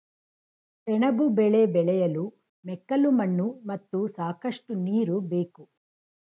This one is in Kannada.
ಸೆಣಬು ಬೆಳೆ ಬೆಳೆಯಲು ಮೆಕ್ಕಲು ಮಣ್ಣು ಮತ್ತು ಸಾಕಷ್ಟು ನೀರು ಬೇಕು